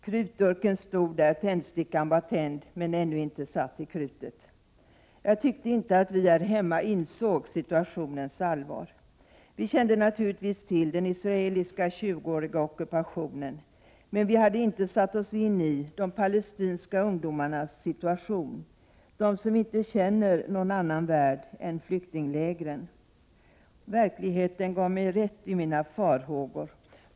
Krutdurken stod där — tändstickan var tänd men ännu inte satt till krutet. Jag tyckte att vi här hemma inte insåg situationens allvar. Vi kände naturligtvis till den israeliska 20-åriga ockupationen, men vi hade inte satt oss in i de palestinska ungdomarnas situation — de som inte känner någon annan värld än flyktinglägren. Verkligheten gav mig rätt i mina farhågor.